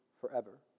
forever